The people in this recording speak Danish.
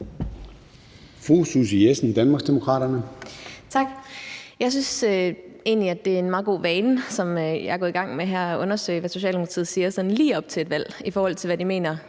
Susie Jessen (DD): Tak. Jeg synes egentlig, at det er en meget god vane, som jeg har fået her, nemlig at undersøge, hvad Socialdemokratiet siger sådan lige op til et valg, i forhold til hvad de mener